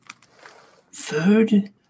food